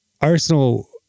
Arsenal